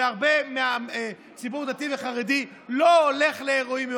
והרבה מהציבור הדתי והחרדי לא הולך לאירועים מעורבים,